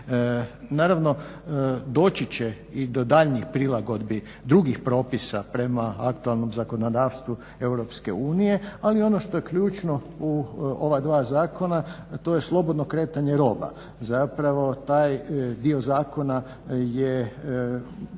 Naravno doći će i do daljnjih prilagodbi drugih propisa prema aktualnom zakonodavstvu EU ali ono što je ključno u ova dva zakona to je slobodno kretanje roba. Zapravo taj dio zakona je